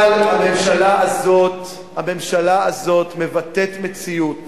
אבל הממשלה הזאת הממשלה הזאת מבטאת מציאות